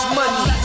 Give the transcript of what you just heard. money